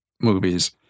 movies